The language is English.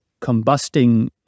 combusting